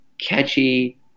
catchy